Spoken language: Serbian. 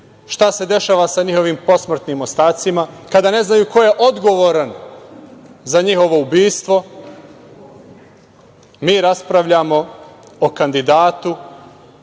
šta se dešava sa njihovim posmrtnim ostacima, kada ne znaju ko je odgovoran za njihovo ubistvo, mi raspravljamo o kandidatu